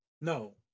No